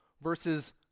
versus